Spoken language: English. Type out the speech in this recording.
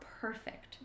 perfect